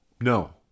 No